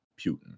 Putin